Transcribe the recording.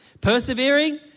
Persevering